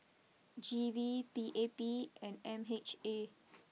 G V P A P and M H A